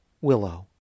Willow